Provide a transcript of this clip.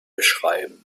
beschreiben